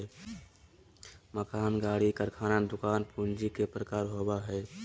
मकान, गाड़ी, कारखाना, दुकान पूंजी के प्रकार होबो हइ